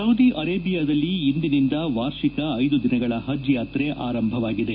Saudi ಅರೇಬಿಯಾದಲ್ಲಿ ಇಂದಿನಿಂದ ವಾರ್ಷಿಕ ಐದು ದಿನಗಳ ಪಜ್ ಯಾತ್ರೆ ಆರಂಭವಾಗಿದೆ